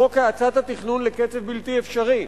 חוק האצת התכנון לקצב בלתי אפשרי.